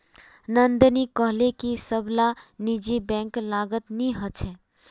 नंदिनी कोहले की सब ला निजी बैंक गलत नि होछे